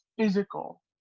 physical